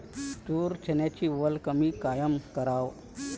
तूर, चन्याची वल कमी कायनं कराव?